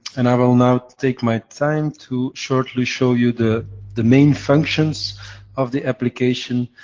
and i will now take my time to shortly show you the the main functions of the application